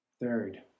Third